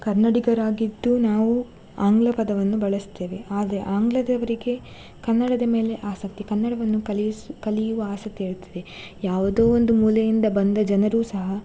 ಕನ್ನಡಿಗರಾಗಿದ್ದು ನಾವು ಆಂಗ್ಲ ಪದವನ್ನು ಬಳಸ್ತೇವೆ ಆದರೆ ಆಂಗ್ಲದವರಿಗೆ ಕನ್ನಡದ ಮೇಲೆ ಆಸಕ್ತಿ ಕನ್ನಡವನ್ನು ಕಲಿಸು ಕಲಿಯುವ ಆಸಕ್ತಿ ಇರುತ್ತದೆ ಯಾವುದೋ ಒಂದು ಮೂಲೆಯಿಂದ ಬಂದ ಜನರೂ ಸಹ